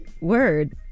word